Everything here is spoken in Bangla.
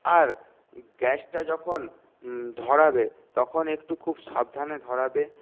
আর গ্যাসটা যখন ধরাবে তখন একটু খুব সাবধানে ধরাবে